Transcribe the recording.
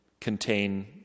contain